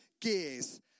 gears